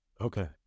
Okay